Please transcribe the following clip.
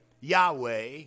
Yahweh